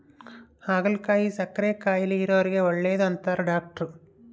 ಹಾಗಲಕಾಯಿ ಸಕ್ಕರೆ ಕಾಯಿಲೆ ಇರೊರಿಗೆ ಒಳ್ಳೆದು ಅಂತಾರ ಡಾಟ್ರು